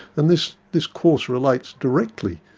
and this this course relates directly.